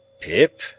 Pip